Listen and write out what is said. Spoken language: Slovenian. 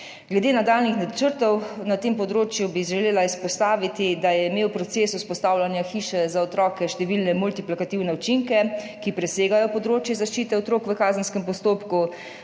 Glede nadaljnjih načrtov na tem področju bi želela izpostaviti, da je imel proces vzpostavljanja Hiše za otroke številne multiplikativne učinke, ki presegajo področje zaščite otrok v kazenskem postopku,